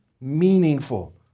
meaningful